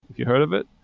have you heard of it?